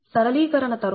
సరళీకరణ తరువాత ʎb 0